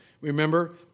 Remember